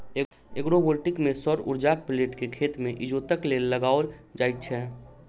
agrovoltaic मे सौर उर्जाक प्लेट के खेत मे इजोतक लेल लगाओल जाइत छै